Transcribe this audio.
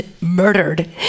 murdered